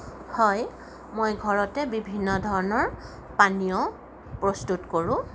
হয় মই ঘৰতে বিভিন্ন ধৰণৰ পানীয় প্ৰস্তুত কৰোঁ